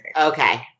Okay